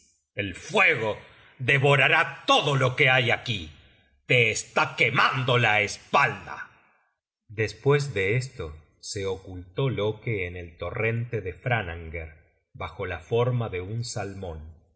el fuego devorará todo lo que hay aquí te está quemando la espalda despues de esto se ocultó loke en el torrente de frananger bajo la forma de un salmon